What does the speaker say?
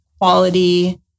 quality